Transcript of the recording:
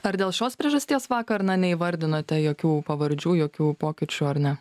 ar dėl šios priežasties vakar na neįvardinate jokių pavardžių jokių pokyčių ar ne